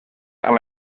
amb